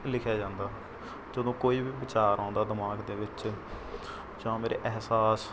ਲਿਖਿਆ ਜਾਂਦਾ ਜਦੋਂ ਕੋਈ ਵੀ ਵਿਚਾਰ ਆਉਂਦਾ ਦਿਮਾਗ ਦੇ ਵਿੱਚ ਜਾਂ ਮੇਰੇ ਅਹਿਸਾਸ